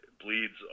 bleeds